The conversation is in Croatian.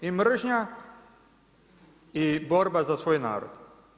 I mržnja i borba za svoj narod.